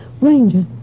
Ranger